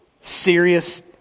serious